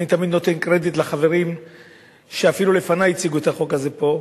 אני תמיד נותן קרדיט לחברים שאפילו לפני הציגו את החוק הזה פה,